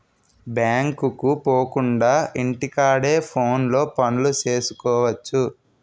బ్యాంకుకు పోకుండా ఇంటి కాడే ఫోనులో పనులు సేసుకువచ్చు